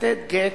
לתת גט,